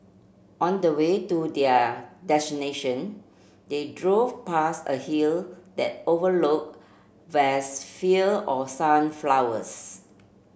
on the way to their destination they drove past a hill that overlooked vast fields of sunflowers